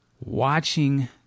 watching